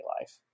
life